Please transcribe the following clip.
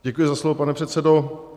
Děkuji za slovo, pane předsedo.